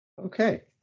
Okay